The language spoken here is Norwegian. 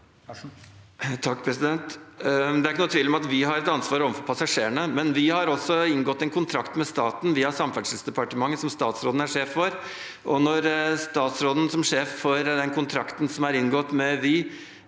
(H) Det er ikke noen tvil om at Vy har et ansvar overfor passasjerene, men Vy har også inngått en kontrakt med staten, via Samferdselsdepartementet, som statsråden er sjef for. Når statsråden som sjef for den kontrakten som er inngått med Vy,